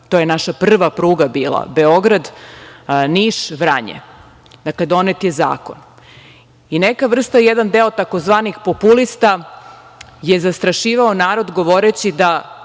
To je naša prva pruga bila Beograd-Niš-Vranje. Dakle, donet je zakon i jedan deo tzv. populista je zastrašivao narod, govoreći da